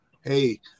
hey